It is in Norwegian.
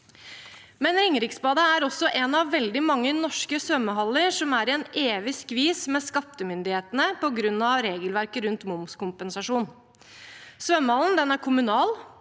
Ringeriksbadet er også en av veldig mange norske svømmehaller som er i en evig skvis med skattemyndighetene på grunn av regelverket rundt momskompensasjon. Svømmehallen er kommunal.